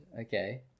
Okay